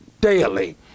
daily